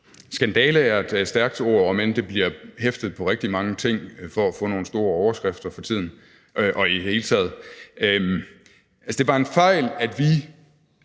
Skandale er et stærkt ord, om end det bliver hæftet på rigtig mange ting for at få nogle store overskrifter for tiden og i det hele taget. Altså, det var en fejl, at vi